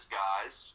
guys